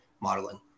modeling